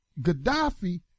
Gaddafi